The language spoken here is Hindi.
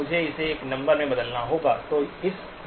मुझे इसे एक नंबर में बदलना होगा